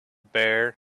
bare